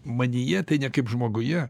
manyje tai ne kaip žmoguje